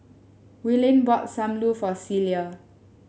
Willene bought Sam Lau for Celia